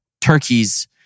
turkeys